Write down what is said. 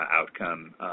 outcome